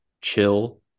chill